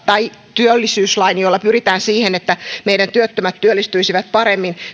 tai työllisyyslain joilla pyritään siihen että meidän työttömät työllistyisivät paremmin